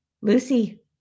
lucy